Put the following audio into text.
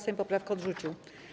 Sejm poprawkę odrzucił.